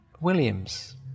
Williams